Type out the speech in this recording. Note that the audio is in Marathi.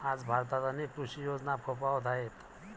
आज भारतात अनेक कृषी योजना फोफावत आहेत